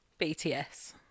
BTS